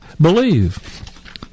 believe